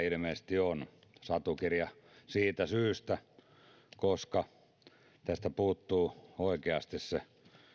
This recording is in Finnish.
ilmeisesti on satukirja siitä syystä että tästä puuttuu oikeasti se